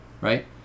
right